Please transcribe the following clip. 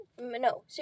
No